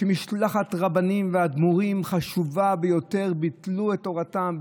שמשלחת רבנים ואדמו"רים חשובה ביותר ביטלו את תורתם,